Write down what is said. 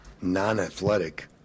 non-athletic